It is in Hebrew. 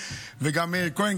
כהן,